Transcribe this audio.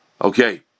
okay